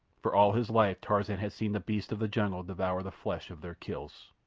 for all his life tarzan had seen the beasts of the jungle devour the flesh of their kills.